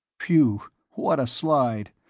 whew, what a slide!